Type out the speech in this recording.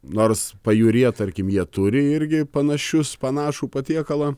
nors pajūryje tarkim jie turi irgi panašius panašų patiekalą